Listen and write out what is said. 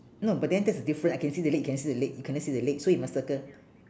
no but then that's the difference I can see the leg you cannot see the leg you cannot see the leg so you must circle